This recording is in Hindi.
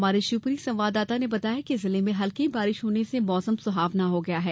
हमारे शिवपुरी संवाददाता ने बताया है कि जिले में हल्की बारिश होने से मौसम सुहावना हो गया है